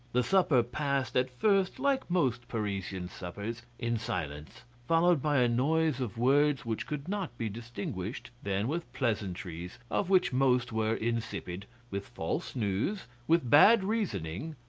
the supper passed at first like most parisian suppers, in silence, followed by a noise of words which could not be distinguished, then with pleasantries of which most were insipid, with false news, with bad reasoning,